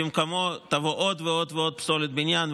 במקומו תבוא ועוד ועוד ועוד פסולת בניין,